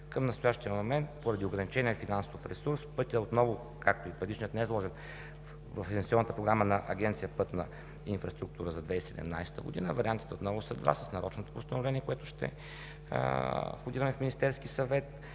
Към настоящия момент поради ограничения финансов ресурс пътят отново, както и предишният, не е заложен в инвестиционната програма на Агенция „Пътна инфраструктура“ за 2017 г. Вариантите отново са два – с нарочно постановление, което ще входираме в Министерски съвет,